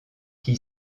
qui